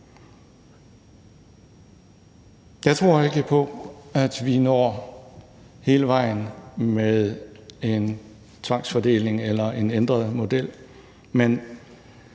Jeg tror ikke på, at vi når hele vejen med en tvangsfordeling eller en ændret model, men